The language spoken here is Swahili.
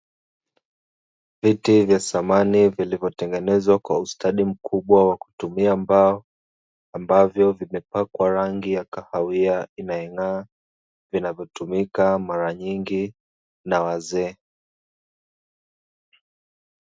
Viti vya samani vilivyotengenezwa kwa ustadi mkubwa wa kutumia mbao, ambavyo vimepakwa rangi ya kahawia inayong'aa, vinavyotumika mara nyingi na wazee.